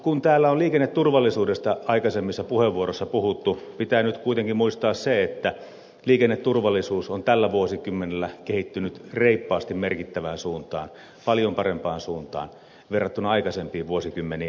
kun täällä on liikenneturvallisuudesta aikaisemmissa puheenvuoroissa puhuttu pitää nyt kuitenkin muistaa se että liikenneturvallisuus on tällä vuosikymmenellä kehittynyt reippaasti merkittävään suuntaan paljon parempaan suuntaan verrattuna aikaisempiin vuosikymmeniin